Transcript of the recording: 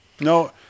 No